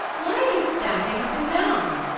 why are you stamping up and down?